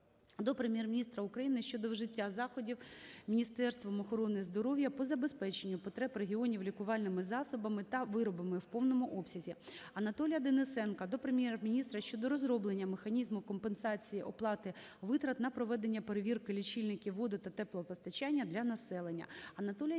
до Прем'єр-міністра України щодо вжиття заходів Міністерством охорони здоров'я по забезпеченню потреб регіонів лікувальними засобами та виробами у повному обсязі. Анатолія Денисенка до Прем'єр-міністра щодо розроблення механізму компенсації оплати витрат на проведення перевірки лічильників водо- та теплопостачання для населення.